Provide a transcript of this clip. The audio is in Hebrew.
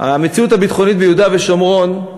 המציאות הביטחונית ביהודה ושומרון,